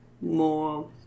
more